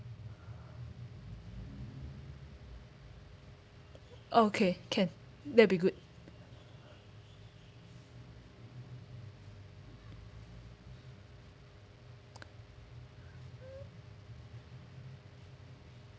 okay can that will be good